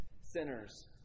sinners